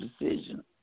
decision